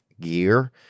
gear